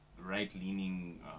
right-leaning